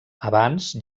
abans